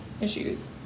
issues